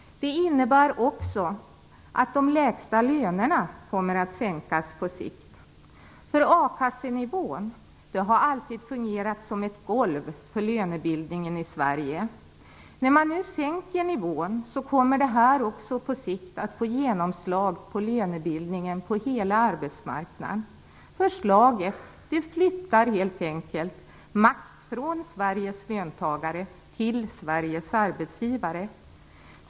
Den innebär också att de lägsta lönerna kommer att sänkas på sikt. A kassenivån har alltid fungerat som ett golv för lönebildningen i Sverige. När man nu sänker nivån kommer det också på sikt att få genomslag på lönebildningen på hela arbetsmarknaden. Förslaget flyttar helt enkelt makt från Sveriges löntagare till Sveriges arbetsgivare.